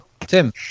Tim